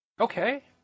Okay